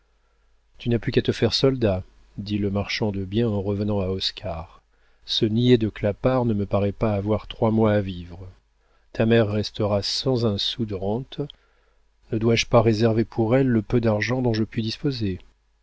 tu n'as plus qu'à te faire soldat dit le marchand de biens en revenant à oscar ce niais de clapart ne me paraît pas avoir trois mois à vivre ta mère restera sans un sou de rente ne dois-je pas réserver pour elle le peu d'argent dont je puis disposer